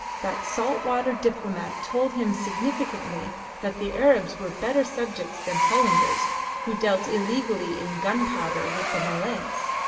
that salt water diplomat told him significantly that the arabs were better subjects than hollanders who dealt illegally in gunpowder with the malays.